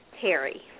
Terry